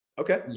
Okay